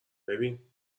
ببین